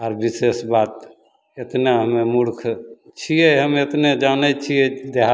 आर विशेष बात एतनामे मूर्ख छियै हम एतने जानय छियै देहात